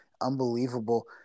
unbelievable